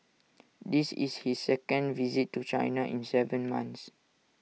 this is his second visit to China in Seven months